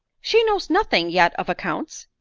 she knows nothing yet of accounts.